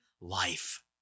life